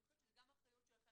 ואני חושבת שזו גם אחריות שלכם,